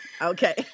Okay